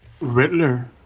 Riddler